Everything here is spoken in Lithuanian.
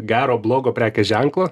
gero blogo prekės ženklo